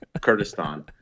Kurdistan